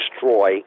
destroy